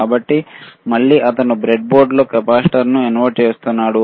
కాబట్టి మళ్ళీ అతను బ్రెడ్బోర్డ్లో కెపాసిటర్ను ఇన్సర్ట్ చేస్తున్నాడు